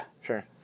Sure